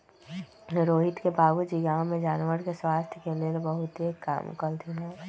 रोहित के बाबूजी गांव में जानवर के स्वास्थ के लेल बहुतेक काम कलथिन ह